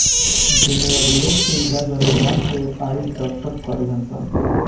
जेमे अब लोग के इलाज अनुदान पे आइल डॉक्टर करीहन सन